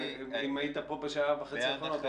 אם היית פה בשעה וחצי האחרונות,